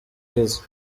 uheze